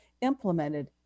implemented